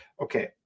okay